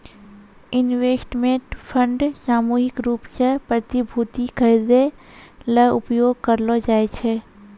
investment fund सामूहिक रूप सें प्रतिभूति खरिदै ल उपयोग करलो जाय छै